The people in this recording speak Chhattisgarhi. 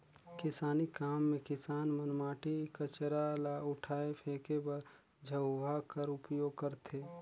किसानी काम मे किसान मन माटी, कचरा ल उठाए फेके बर झउहा कर उपियोग करथे